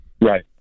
Right